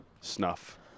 Snuff